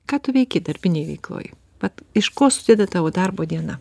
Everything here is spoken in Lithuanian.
ką tu veiki darbinėj veikloj vat iš ko susideda darbo diena